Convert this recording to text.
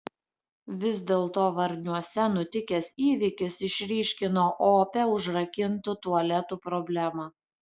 vis dėlto varniuose nutikęs įvykis išryškino opią užrakintų tualetų problemą